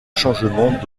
changements